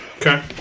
Okay